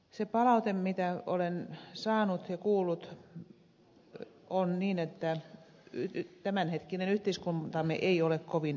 se palaute mitä olen saanut ja kuullut on niin että tämänhetkinen yhteiskuntamme ei ole kovin yrittäjäystävällinen